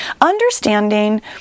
Understanding